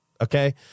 Okay